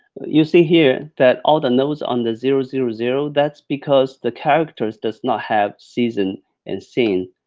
you see here, that all the nodes on the zero, zero, zero, that's because the characters does not have season and scene